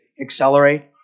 accelerate